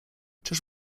czyż